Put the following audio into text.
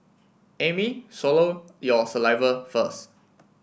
Amy swallow your saliva first